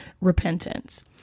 repentance